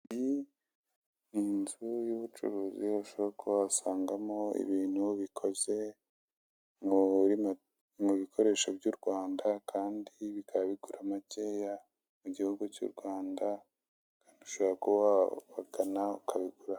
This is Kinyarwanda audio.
Ahantu bacururiza ibikoresho bikorerwa mu Rwanda. Mu biri muri iri duka harimo imyenda, uduseke, imitako ishushanyijeho imigongo, ndetse n'ibindi byinshi bikorerwa imbere mu gihugu.